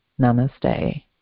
Namaste